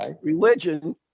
religion